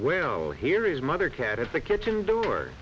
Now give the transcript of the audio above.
well here is mother cat at the kitchen door